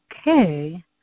okay